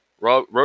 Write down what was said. Road